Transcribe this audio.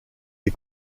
les